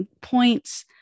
points